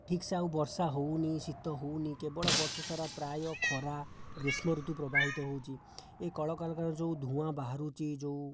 ଠିକ୍ସେ ଆଉ ବର୍ଷା ହେଉନି ଶୀତ ହେଉନି କେବଳ ବର୍ଷ ସାରା ପ୍ରାୟ ଖରା ଗ୍ରୀଷ୍ମ ଋତୁ ପ୍ରବାହିତ ହେଉଛି ଏଇ କଳକାରଖାନାରୁ ଯେଉଁ ଧୂଆଁ ବାହାରୁଛି ଯେଉଁ